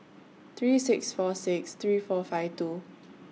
three six four six three four five two